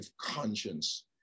conscience